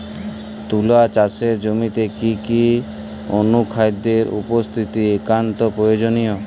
তুলা চাষের জমিতে কি কি অনুখাদ্যের উপস্থিতি একান্ত প্রয়োজনীয়?